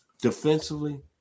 Defensively